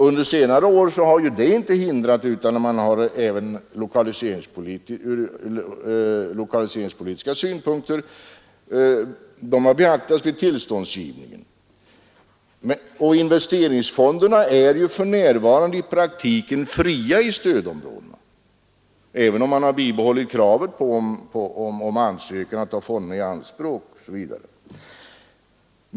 Under senare år har det inte hindrat att även lokaliseringspolitiska synpunkter har beaktats vid tillståndsgivningen. Investeringsfonderna är för närvarande i praktiken fria i stödområdena, även om man har bibehållit kravet på ansökan om att få ta fonderna i anspråk osv.